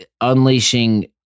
Unleashing